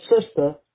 sister